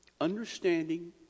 understanding